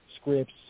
scripts